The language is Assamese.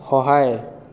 সহায়